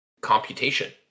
computation